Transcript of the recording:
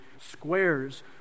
squares